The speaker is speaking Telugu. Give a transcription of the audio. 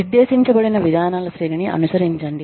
నిర్దేశించబడిన విధానాల శ్రేణిని అనుసరించండి